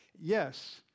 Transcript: Yes